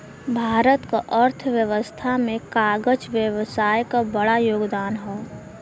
भारत क अर्थव्यवस्था में कागज व्यवसाय क बड़ा योगदान हौ